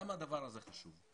למה הדבר הזה חשוב?